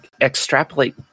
extrapolate